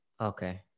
Okay